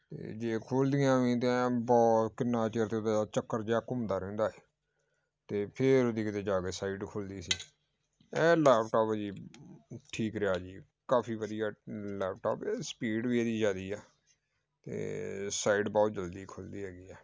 ਅਤੇ ਜੇ ਖੁੱਲ੍ਹਦੀਆਂ ਵੀ ਤਾਂ ਐਂ ਬਹੁਤ ਕਿੰਨਾ ਚਿਰ ਤਾਂ ਉਹਦਾ ਚੱਕਰ ਜਿਹਾ ਘੁੰਮਦਾ ਰਹਿੰਦਾ ਸੀ ਤਾਂ ਫੇਰ ਉਹਦੀ ਕਿਤੇ ਜਾ ਕੇ ਸਾਈਡ ਖੁੱਲ੍ਹਦੀ ਸੀ ਇਹ ਲੈਪਟੋਪ ਜੀ ਠੀਕ ਰਿਹਾ ਜੀ ਕਾਫੀ ਵਧੀਆ ਲੈਪਟੋਪ ਇਹ ਸਪੀਡ ਵੀ ਇਹਦੀ ਜ਼ਿਆਦਾ ਆ ਅਤੇ ਸਾਈਡ ਬਹੁਤ ਜਲਦੀ ਖੁੱਲ੍ਹਦੀ ਹੈਗੀ ਆ